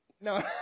No